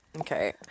Okay